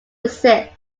exist